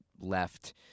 left